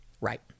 right